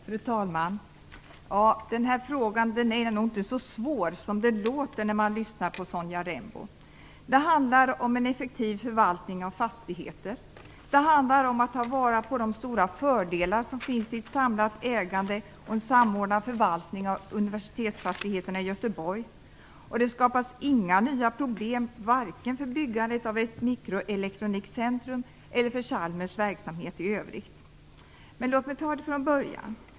Fru talman! Den här frågan är nog inte så svår som det låter när man lyssnar på Sonja Rembo. Det handlar om en effektiv förvaltning av fastigheter. Det handlar om att ta vara på de stora fördelar som finns i ett samlat ägande och en samordnad förvaltning av universitetsfastigheterna i Göteborg. Och det skapas inga nya problem vare sig för byggandet av ett mikroelektronikcentrum eller för Chalmers verksamhet i övrigt. Låt mig ta det från början.